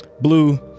Blue